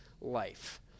life